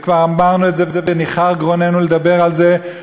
וכבר אמרנו את זה וניחר גרוננו מלדבר על זה,